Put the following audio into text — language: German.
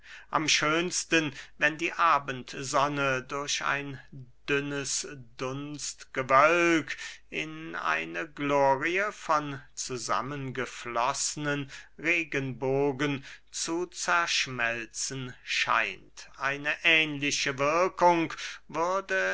am schönsten wenn die abendsonne durch ein dünnes dunstgewölk in eine glorie von zusammengefloßnen regenbogen zu zerschmelzen scheint eine ähnliche wirkung würde